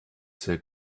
sehr